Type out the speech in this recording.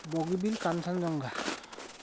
Bogibeel Kanchenjunga